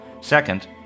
Second